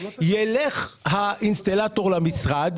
ילך האינסטלטור למשרד,